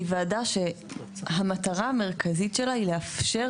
זו וועדה שהמטרה המרכזית שלה היא לאפשר